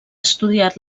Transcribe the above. estudiat